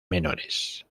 menores